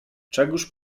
czegóż